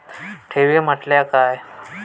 ठेवी म्हटल्या काय?